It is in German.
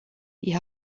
die